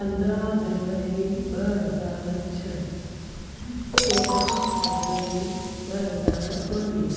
पंद्रहां जनवरी ॿ हज़ार छ्ह चौॾहां फ़रवरी ॿ हज़ार उणिवीह